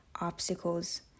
obstacles